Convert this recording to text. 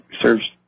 serves